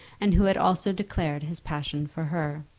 and who had also declared his passion for her.